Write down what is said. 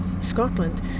Scotland